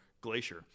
Glacier